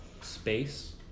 space